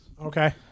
Okay